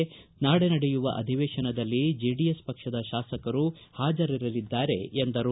ಸೋಮವಾರ ನಡೆಯುವ ಅಧಿವೇಶನದಲ್ಲಿ ಜೆಡಿಎಸ್ ಪಕ್ಷದ ತಾಸಕರು ಹಾಜರಿರಲಿದ್ದಾರೆ ಎಂದರು